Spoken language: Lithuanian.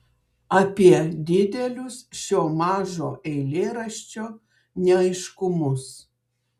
apie didelius šio mažo eilėraščio neaiškumus